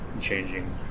changing